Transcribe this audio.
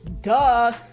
Duh